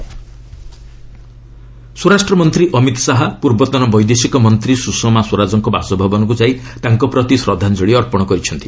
ସ୍ତରାଜ ରେସ୍ପେକୃସ୍ ସ୍ୱରାଷ୍ଟ୍ରମନ୍ତ୍ରୀ ଅମିତ ଶାହା ପୂର୍ବତନ ବୈଦେଶିକ ମନ୍ତ୍ରୀ ସୁଷମା ସ୍ୱରାଜଙ୍କ ବାସଭବନକୁ ଯାଇ ତାଙ୍କ ପ୍ରତି ଶ୍ରଦ୍ଧାଞ୍ଚଳି ଅର୍ପଣ କରିଛନ୍ତି